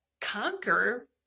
conquer